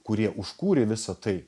kurie užkūrė visa tai